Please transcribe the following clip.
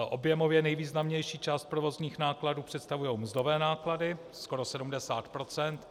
Objemově nejvýznamnější část provozních nákladů představují mzdové náklady, skoro 70 %.